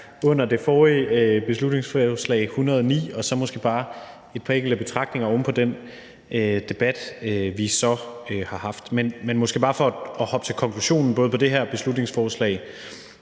om det forrige beslutningsforslag, B 109, og så måske bare komme med et par enkelte betragtninger oven på den debat, vi så har haft. Men måske bare for at hoppe til konklusionen på det her beslutningsforslag